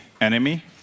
enemy